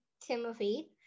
Timothy